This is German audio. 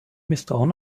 misstrauen